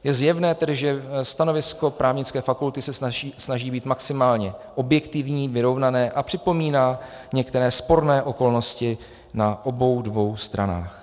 Je zjevné tedy, že stanovisko Právnické fakulty se snaží být maximálně objektivní, vyrovnané a připomíná některé sporné okolnosti na obou dvou stranách.